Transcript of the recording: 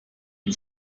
and